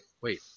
Wait